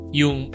yung